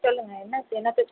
சொல்லுங்கள் என்ன என்ன பிரச்சினை